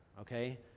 okay